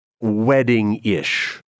wedding-ish